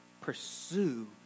pursue